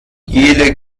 jede